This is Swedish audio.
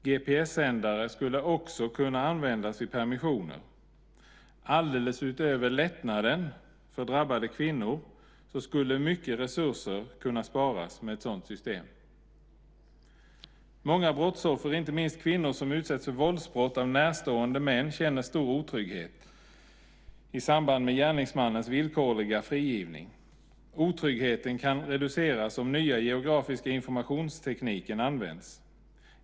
GPS-sändare skulle också kunna användas vid permissioner. Utöver lättnaden för drabbade kvinnor skulle mycket resurser kunna sparas med ett sådant system. Många brottsoffer, inte minst kvinnor som utsätts för våldsbrott av närstående män, känner stor otrygghet i samband med gärningsmannens villkorliga frigivning. Otryggheten kan reduceras om den nya geografiska informationstekniken används.